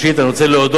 אני רוצה להודות